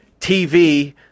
TV